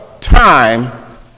time